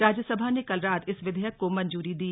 राज्य सभा ने कल रात इस विधेयक को मंजूरी दी